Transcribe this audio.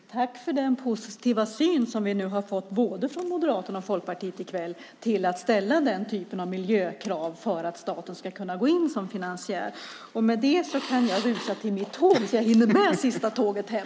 Herr talman! Jag tackar för den positiva syn som vi nu fått från både Moderaterna och Folkpartiet vad gäller att ställa den typen av miljökrav för att staten ska kunna gå in som finansiär. Därmed kan jag rusa i väg så att jag hinner med sista tåget hem.